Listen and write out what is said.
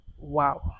wow